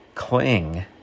cling